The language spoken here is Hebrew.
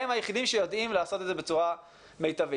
הם היחידים שיודעים לעשות את זה בצורה מיטבית.